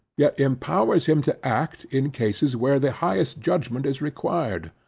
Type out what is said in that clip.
yet empowers him to act in cases where the highest judgment is required.